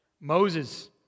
Moses